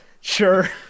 Sure